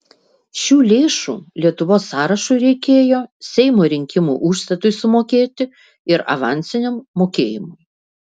šių lėšų lietuvos sąrašui reikėjo seimo rinkimų užstatui sumokėti ir avansiniam mokėjimui